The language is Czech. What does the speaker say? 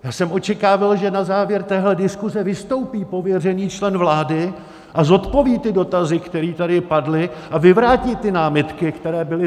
Já jsem očekával, že na závěr téhle diskuze vystoupí pověřený člen vlády a zodpoví dotazy, které tady padly, a vyvrátí ty námitky, které byly vzneseny.